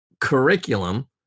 curriculum